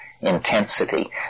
intensity